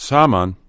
Saman